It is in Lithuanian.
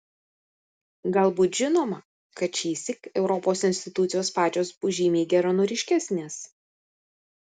galbūt žinoma kad šįsyk europos institucijos pačios bus žymiai geranoriškesnės